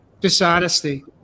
dishonesty